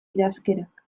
idazkerak